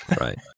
Right